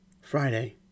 Friday